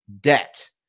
debt